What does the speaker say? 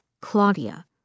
Claudia